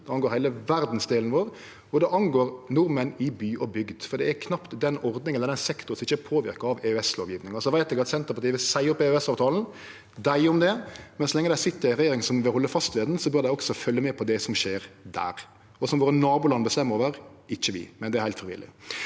det angår heile verdsdelen vår, og det angår nordmenn i by og bygd, for det er knapt den ordninga eller den sektoren som ikkje vert påverka av EØS-lovgjevinga. Så veit eg at Senterpartiet vil seie opp EØS-avtalen. Dei om det, men så lenge dei sit i ei regjering som vil halde fast ved han, bør dei også følgje med på det som skjer der – og som nabolanda våre bestemmer over, men ikkje vi, men det er heilt frivillig.